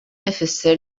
ifisser